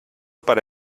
para